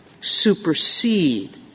supersede